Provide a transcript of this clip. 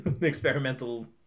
experimental